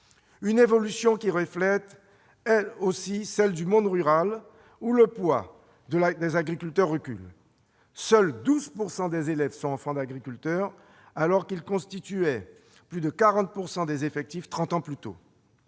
telle évolution reflète aussi celle du monde rural, où le poids des agriculteurs recule. Seuls 12 % des élèves sont enfants d'agriculteurs, alors qu'ils constituaient plus de 40 % des effectifs trente ans plus tôt.